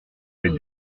les